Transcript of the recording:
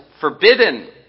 forbidden